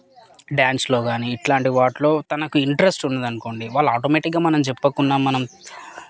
dance లో కానీ ఇట్లాంటి వాటిల్లో తనకు ఇంట్రస్ట్ ఉందనుకోండి వాళ్ళు ఆటోమేటిక్గా మనం చెప్పకుండా మనం